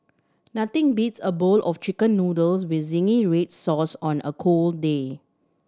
nothing beats a bowl of Chicken Noodles with zingy red sauce on a cold day